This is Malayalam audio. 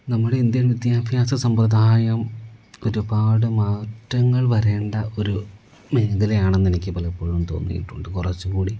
നമ്മുടെ ഇന്ത്യൻ വിദ്യാഭ്യാസ സമ്പ്രദായം ഒരുപാട് മാറ്റങ്ങൾ വരേണ്ട ഒരു മേഖലയാണെന്നെനിക്ക് പലപ്പോഴും തോന്നിയിട്ടുണ്ട് കുറച്ചും കൂടി